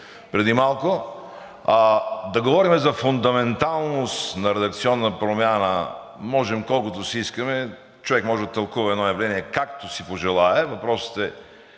преди малко. Да говорим за фундаменталност на редакционна промяна можем колкото си искаме. Човек може да тълкува едно явление както си пожелае. Въпросът е